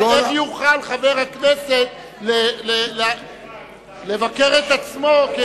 שהרי איך יוכל חבר הכנסת לבקר את עצמו כשר.